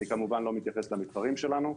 אני כמובן לא מתייחס למתחרים שלנו.